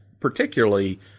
particularly